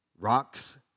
rocks